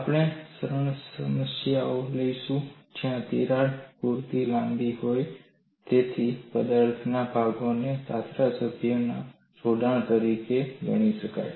આપણે સરળ સમસ્યાઓ લઈશું જ્યાં તિરાડ પૂરતી લાંબી હોય છે તેથી પદાર્થના ભાગોને પાતળા સભ્યોના જોડાણ તરીકે ગણી શકાય